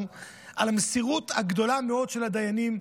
על המסירות הגדולה מאוד של הדיינים,